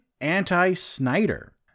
anti-Snyder